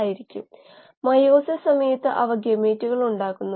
അതിനാൽ ജ്യാമിതീയ സമാനതയ്ക്കായി ഇവയാണ് പരിഗണിക്കപ്പെടുന്നത്